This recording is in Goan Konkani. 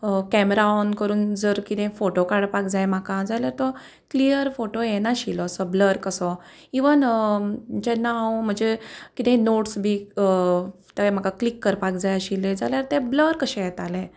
कॅमेरा ऑन करून जर कितें फोटो काडपाक जाय म्हाका जाल्यार तो क्लियर फोटो येनाशिल्लो असो ब्लर कसो इवन जेन्ना हांव म्हजे कितें नोट्स बी ते म्हाका क्लिक करपाक जाय आशिल्ले जाल्यार ते ब्लर कशें येताले